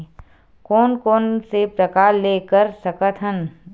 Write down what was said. कोन कोन से प्रकार ले कर सकत हन?